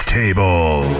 table